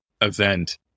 event